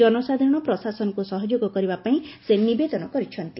କନସାଧାରଣ ପ୍ରଶାସନକୁ ସହଯୋଗ କରିବାପାଇଁ ସେ ନିବେଦନ କରିଛନ୍ତି